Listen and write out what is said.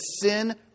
sin